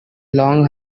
long